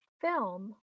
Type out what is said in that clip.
film